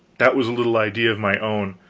that was a little idea of my own,